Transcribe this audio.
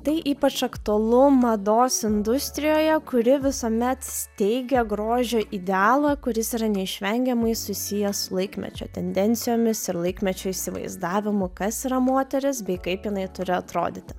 tai ypač aktualu mados industrijoje kuri visuomet steigia grožio idealą kuris yra neišvengiamai susijęs su laikmečio tendencijomis ir laikmečio įsivaizdavimu kas yra moteris bei kaip jinai turi atrodyti